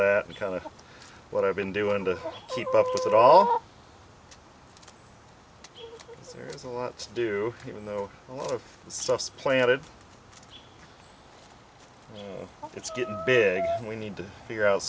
was kind of what i've been doing to keep up with it all there is a lot to do even though a lot of stuff's planted it's getting big and we need to figure out